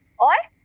why